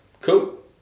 cool